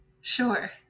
Sure